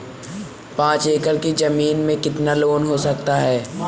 पाँच एकड़ की ज़मीन में कितना लोन हो सकता है?